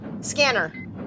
Scanner